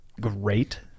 great